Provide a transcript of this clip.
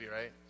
right